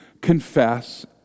confess